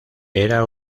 era